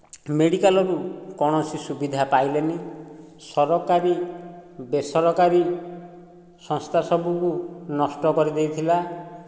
ମେଡ଼ିକାଲରୁ କୌଣସି ସୁବିଧା ପାଇଲେନି ସରକାରୀ ବେସରକାରୀ ସଂସ୍ଥା ସବୁକୁ ନଷ୍ଟ କରିଦେଇଥିଲା